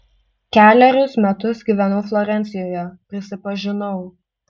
kelerius metus gyvenau florencijoje prisipažinau